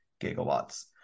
gigawatts